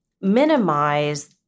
minimize